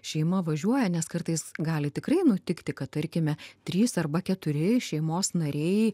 šeima važiuoja nes kartais gali tikrai nutikti kad tarkime trys arba keturi šeimos nariai